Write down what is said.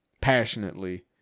Passionately